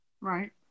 Right